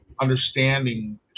understanding